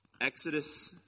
Exodus